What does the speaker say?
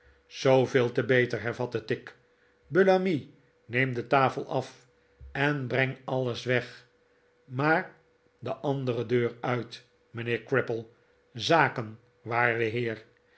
zooveel te beter hervatte tigg bullamy neem de tafel af en breng alles weg maar de andere deur uit mijnheer crimple zaken waarde heer